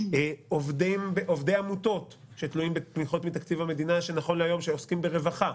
עובדי עמותות שתלויים בתמיכות מתקציב המדינה שעוסקים ברווחה,